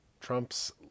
Trump's